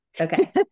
Okay